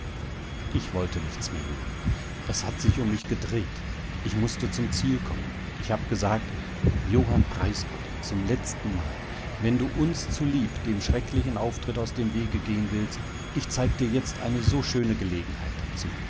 ich wollte nichts mehr hören es hat sich um mich gedreht ich mußte zum ziel kommen ich hab gesagt johann preisgott zum letztenmal wenn du uns zulieb dem schrecklichen auftritt aus dem wege gehen willst ich zeig dir jetzt eine so schöne gelegenheit dazu